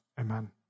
Amen